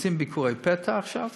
עושים ביקורי פתע עכשיו.